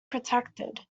protected